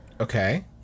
Okay